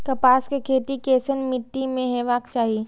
कपास के खेती केसन मीट्टी में हेबाक चाही?